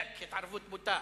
עלק התערבות בוטה.